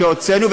שהוצאנו,